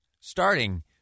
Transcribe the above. starting